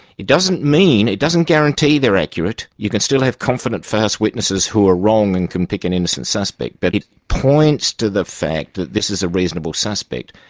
it doesn't mean, it doesn't guarantee they're accurate, you can still have confident, fast witnesses who are wrong and can pick an innocent suspect, but it points to the fact that this is a reasonable suspect.